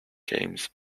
games